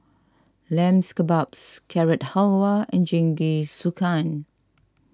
Lambs Kebabs Carrot Halwa and Jingisukan